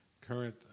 current